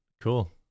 cool